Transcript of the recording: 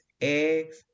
eggs